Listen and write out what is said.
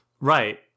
Right